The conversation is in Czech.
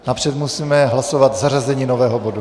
Napřed musíme hlasovat zařazení nového bodu.